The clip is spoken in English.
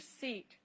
seat